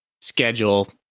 schedule